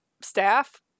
staff